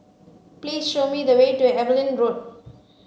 please show me the way to Evelyn Road